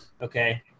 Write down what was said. Okay